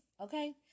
Okay